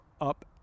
up